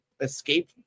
escape